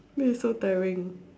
this is so tiring